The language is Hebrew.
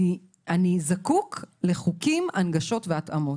אני זקוק לחוקים, הנגשות והתאמות,